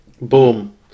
Boom